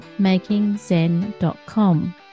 makingzen.com